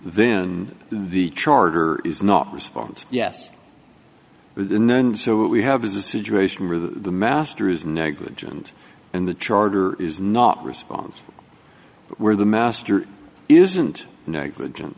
then the charter is not respond yes then so what we have is a situation where the master is negligent and the charter is not response where the master isn't negligent